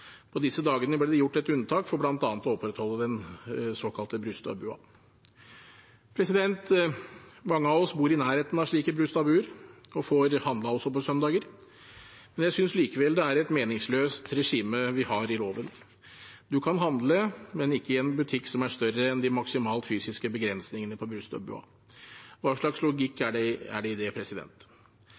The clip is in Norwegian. på 1. mai og 17. mai. På disse dagene ble det gjort et unntak for bl.a. å opprettholde den såkalte Brustad-bua. Mange av oss bor i nærheten av slike Brustad-buer og får handlet også på søndager, men jeg synes likevel det er et meningsløst regime vi har i loven: Du kan handle, men ikke i en butikk som er større enn de maksimale fysiske begrensningene til Brustad-bua. Hva slags logikk er det i det?